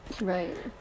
Right